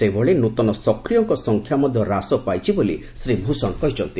ସେହିଭଳି ନ୍ତନ ସକ୍ରିୟଙ୍କ ସଂଖ୍ୟା ମଧ୍ୟ ହ୍ରାସ ପାଇଛି ବୋଲି ଶ୍ରୀ ଭୂଷଣ କହିଚ୍ଛନ୍ତି